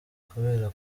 kubera